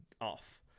off